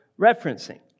referencing